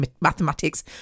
mathematics